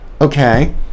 okay